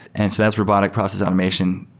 and that's robotic process automation,